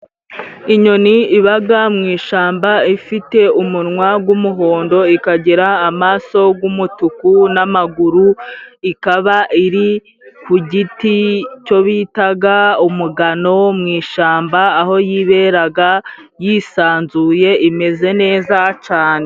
Inyoni ibaga mu ishamba ifite umunwa gw'umuhondo ikagira amaso gw'umutuku n'amaguru, ikaba iri ku giti cyo bitaga umugano wo mu ishamba aho yiberaga yisanzuye imeze neza cane.